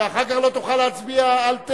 כשאחר כך לא תוכל להצביע אל,